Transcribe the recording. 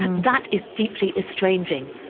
that is deeply estranging.